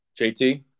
JT